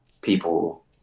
people